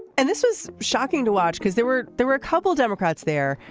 and this was shocking to watch because there were there were a couple democrats there.